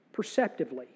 perceptively